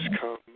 come